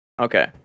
Okay